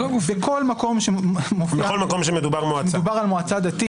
כל מקום שמדובר על מועצה דתית.